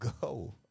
go